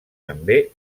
també